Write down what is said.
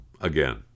again